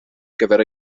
gyfer